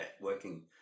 working